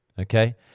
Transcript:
Okay